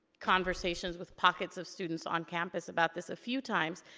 conversations with pockets of students on campus about this a few times.